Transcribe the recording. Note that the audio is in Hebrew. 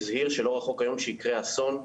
הזהיר שלא רחוק היום שיקרה אסון.